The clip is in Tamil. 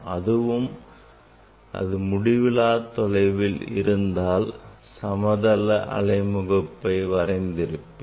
அதுவே அது முடிவில்லா தொலைவில் இருந்தால் சமதள அலை முகப்புயை வரைந்து இருப்பேன்